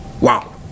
Wow